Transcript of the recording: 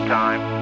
time